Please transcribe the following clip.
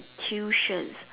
tuition